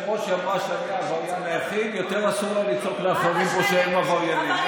מי אתה שתקרא למתנחלים עבריינים?